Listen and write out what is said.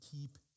keep